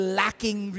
lacking